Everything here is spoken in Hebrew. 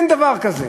אין דבר כזה.